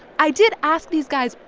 i did ask these guys,